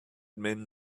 men